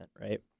right